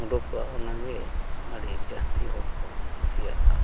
ᱩᱰᱩᱠᱚᱜᱼᱟ ᱚᱱᱟᱜᱮ ᱟᱹᱰᱤ ᱡᱟᱹᱥᱛᱤ ᱦᱚᱲ ᱠᱚ ᱠᱩᱥᱤᱭᱟᱜᱼᱟ